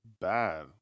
bad